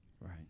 Right